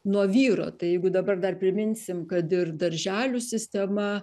nuo vyro tai jeigu dabar dar priminsim kad ir darželių sistema